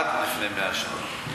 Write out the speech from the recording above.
עד לפני 100 שנה.